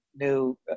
new